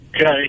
Okay